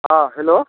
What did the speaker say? हँ हेलो